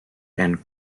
and